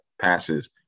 passes